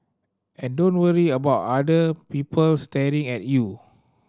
and don't worry about other people staring at you